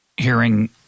hearing